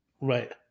Right